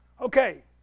Okay